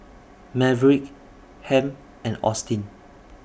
Maverick Hamp and Austin